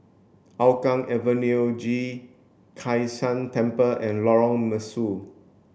Hougang Avenue G Kai San Temple and Lorong Mesu